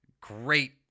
great